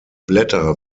blätter